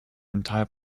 entire